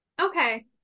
okay